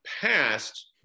passed